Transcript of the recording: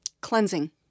cleansing